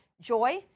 joy